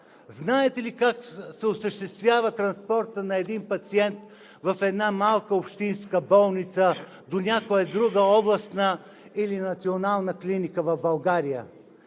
Знаете ли как се осъществява транспортът на един пациент в една малка общинска болница до някоя друга областна или национална клиника в България?